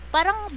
Parang